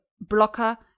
blocker